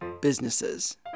businesses